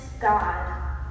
God